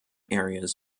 areas